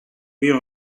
nuits